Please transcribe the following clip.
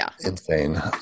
insane